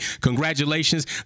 congratulations